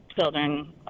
children